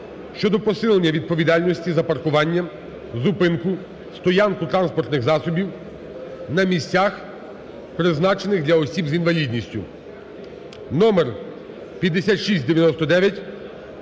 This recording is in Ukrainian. щодо посилення відповідальності за паркування, зупинку, стоянку транспортних засобів на місцях, призначених для осіб з інвалідністю (номер 5699)